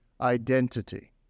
identity